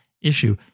issue